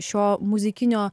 šio muzikinio